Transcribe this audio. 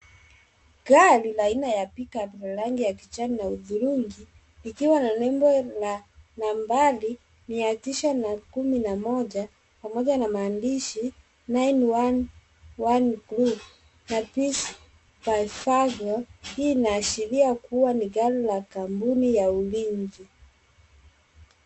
Gari la aina ya pick-up la rangi ya kijani na hudhurungi likiwa na nembo la nambari mia tisa na kumi na moja pamoja na maandishi 911 group na peace by fargo , hii inaashiria kuwa ni gari la kampuni ya ulinzi.